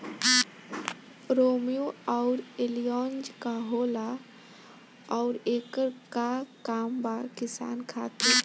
रोम्वे आउर एलियान्ज का होला आउरएकर का काम बा किसान खातिर?